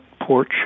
porch